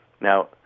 Now